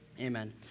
Amen